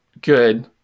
good